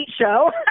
show